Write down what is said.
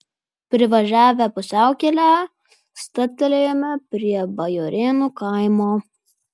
privažiavę pusiaukelę stabtelėjome prie bajorėnų kaimo